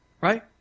Right